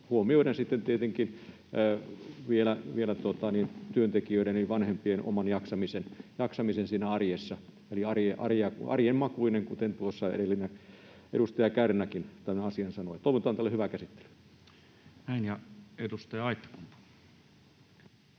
huomioiden tietenkin vielä työntekijöiden eli vanhempien oman jaksamisen siinä arjessa. Eli tämä on arjenmakuinen, kuten tuossa edellinen edustajakin, Kärnä, tämän asian sanoi. Toivotaan tälle hyvää käsittelyä. Näin. — Edustaja Aittakumpu.